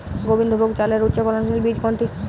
গোবিন্দভোগ চালের উচ্চফলনশীল বীজ কোনটি?